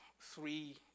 three